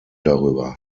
darüber